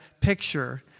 picture